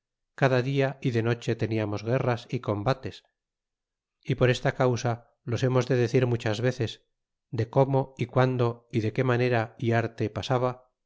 cada dia dde noche teniamos guerras y combates poresta causa los hemos de decir muchas veces de cómo ti guando dde qué manera ti arte pasaba